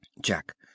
Jack